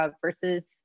versus